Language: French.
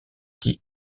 qui